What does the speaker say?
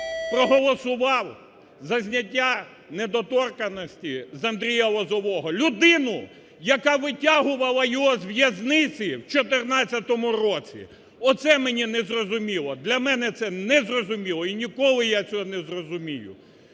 проголосував за зняття недоторканності з Андрія Лозового. Людину, яка витягувала його з в'язниці в 2014 році, оце мені незрозуміло? Для мене це не зрозуміло і ніколи я цього не зрозумію.